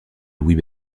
louis